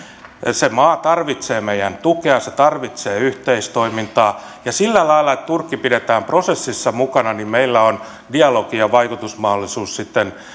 se maa tarvitsee meidän tukeamme se tarvitsee yhteistoimintaa ja sillä lailla että turkki pidetään prosessissa mukana meillä on dialogi ja vaikutusmahdollisuus sitten